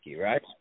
right